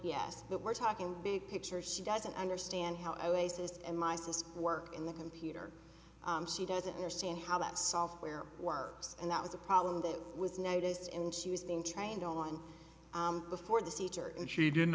yes but we're talking big picture she doesn't understand how i waste and my sis work in the computer she doesn't understand how that software works and that was a problem that was noticed and she was being trying on the for the teacher and she didn't